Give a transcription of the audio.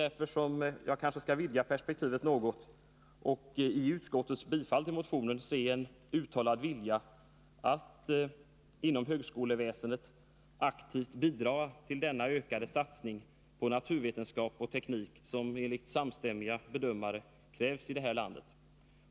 Därför vill jag vidga perspektivet något och i utskottets bifallsyrkande till motionen se en uttalad vilja att via högskoleväsendet aktivt bidra till den ökade satsning på naturvetenskap och teknik som — enligt samstämmiga bedömare — krävs i det här landet.